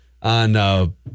On